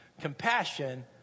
Compassion